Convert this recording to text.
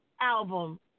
album